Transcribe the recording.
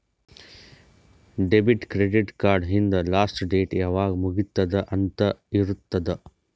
debit, credit card ಹಿಂದ್ last date ಯಾವಾಗ್ ಮುಗಿತ್ತುದ್ ಅಂತ್ ಇರ್ತುದ್